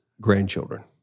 grandchildren